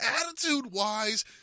attitude-wise